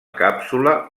càpsula